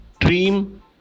dream